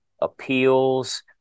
appeals